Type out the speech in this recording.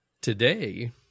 Today